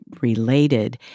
related